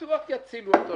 בטוח יצילו אותו.